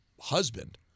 husband